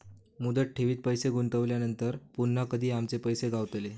मुदत ठेवीत पैसे गुंतवल्यानंतर पुन्हा कधी आमचे पैसे गावतले?